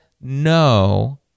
no